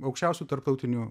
aukščiausiu tarptautiniu